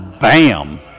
Bam